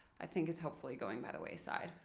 i think, is hopefully going by the wayside.